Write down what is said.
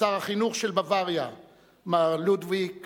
שר החינוך של בוואריה מר לודוויג